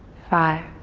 five,